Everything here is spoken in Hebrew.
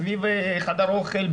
סביב חדר אוכל,